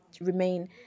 remain